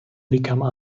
become